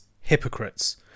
hypocrites